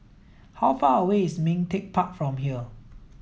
how far away is Ming Teck Park from here